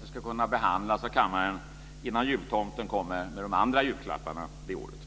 Det ska kunna behandlas av kammaren innan jultomten kommer med de andra julklapparna det året.